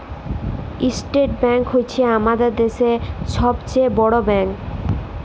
state bank হছে আমাদের দ্যাশের ছব চাঁয়ে বড় ব্যাংক